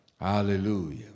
Hallelujah